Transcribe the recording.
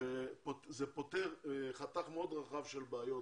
וזה פותר חתך מאוד רחב של בעיות.